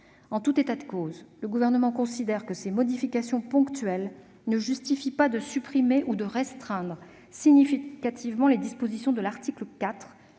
En tout état de cause, le Gouvernement considère que ces modifications ponctuelles ne justifient pas de supprimer ou de restreindre significativement les dispositions de l'article 4,